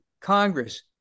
Congress